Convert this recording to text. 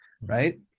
right